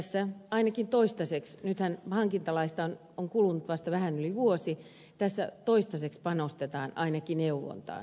tässä ainakin toistaiseksi nythän hankintalain voimaantulosta on kulunut vasta vähän yli vuosi panostetaan ainakin neuvontaan